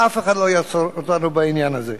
ואף אחד לא יעצור אותנו בעניין הזה.